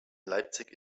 leipzig